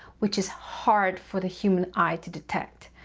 which is hard for the human eye to detect.